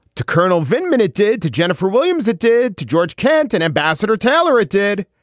to colonel venkman, it did to jennifer williams, it did to george kent and ambassador taylor, it did.